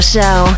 Show